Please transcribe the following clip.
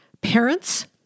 Parents